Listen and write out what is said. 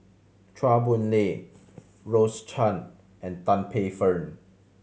Chua Boon Lay Rose Chan and Tan Paey Fern